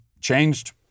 changed